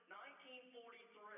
1943